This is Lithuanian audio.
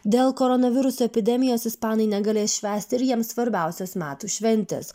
dėl koronaviruso epidemijos ispanai negalės švęsti ir jiems svarbiausios metų šventės